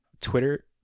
Twitter